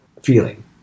feeling